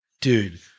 Dude